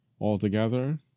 altogether